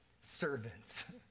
servants